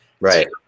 Right